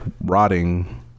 rotting